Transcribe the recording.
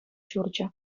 ҫурчӗ